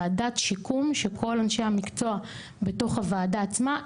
וועדת שיקום שכל אנשי המקצוע בתוך הוועדה עצמה.